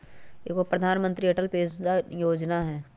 एगो प्रधानमंत्री अटल पेंसन योजना है?